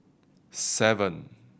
seven